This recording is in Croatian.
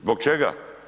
Zbog čega?